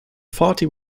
forty